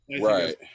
right